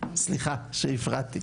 סליחה שהפרעתי.